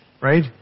right